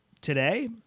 Today